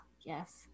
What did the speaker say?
yes